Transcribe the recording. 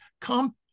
Come